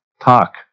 talk